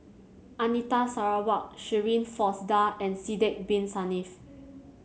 Anita Sarawak Shirin Fozdar and Sidek Bin Saniff